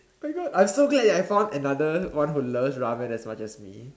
my God I'm so glad I found another one who loves ramen as much as me